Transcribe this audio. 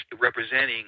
representing